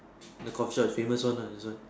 the coffee shop is famous one lah this one